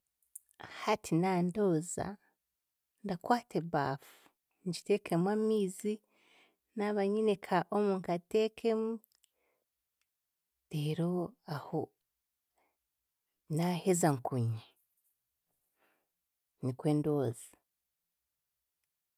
Hati nandooza, ndakwata ebaafu, ngiteekemu amiizi, naaba nyine ka omo nkateekemu, reero aho, naaheza nkunye. Nikwe ndooza.